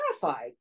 terrified